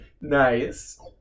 Nice